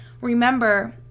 remember